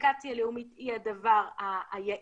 שאפליקציה לאומית היא הדבר היעיל?